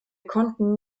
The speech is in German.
konnten